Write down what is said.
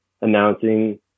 announcing